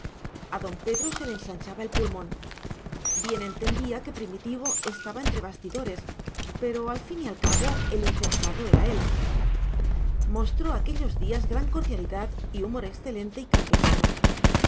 a don pedro se le ensanchaba el pulmón bien entendía que primitivo estaba entre bastidores pero al fin y al cabo el incensado era él mostró aquellos días gran cordialidad y humor excelente y campechano